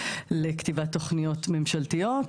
לכתיבת תוכניות ממשלתיות,